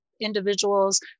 individuals